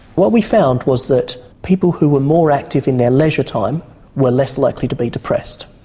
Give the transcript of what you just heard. what we found was that people who were more active in their leisure time were less likely to be depressed.